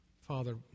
Father